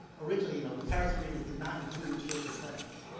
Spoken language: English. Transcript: originally, you know the paris agreement did not include ships or planes.